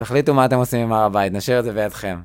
תחליטו מה אתם עושים עם הר הבית, נשאיר את זה בידכם.